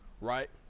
right